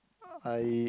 I